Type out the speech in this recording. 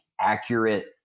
accurate